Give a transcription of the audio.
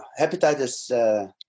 hepatitis